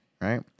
right